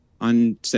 On